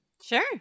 Sure